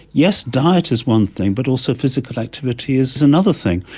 yes, diet is one thing, but also physical activity is another thing.